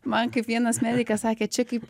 man kaip vienas medikas sakė čia kaip